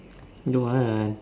don't want